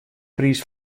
priis